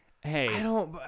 hey